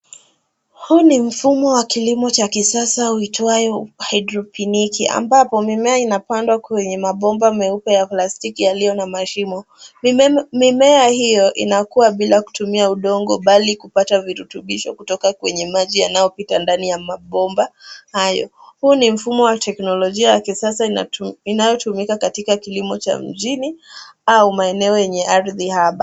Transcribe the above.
Huu ni mfumo wa kilimo cha kisasa uitwayo hydroponiki ambapo mimea inapandwa kwenye mabomba meupe ya plastiki yaliyo na mashimo. Mimea hio inakua bila kutumia udongo, bali kupata virutubisho kutoka kwenye maji yanayopita ndani ya mabomba hayo. Huu ni mfumo wa teknolojia wa kisasa inayotumika katika kilimo cha mjini au maeneo enye ardhi haba.